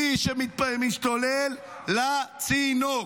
מי שמשתולל, לצינוק.